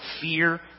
fear